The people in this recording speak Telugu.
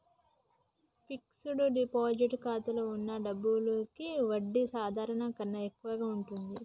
ఫిక్స్డ్ డిపాజిట్ ఖాతాలో వున్న డబ్బులకి వడ్డీ సాధారణం కన్నా ఎక్కువగా ఉంటది